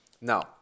Now